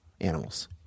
animals